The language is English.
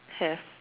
have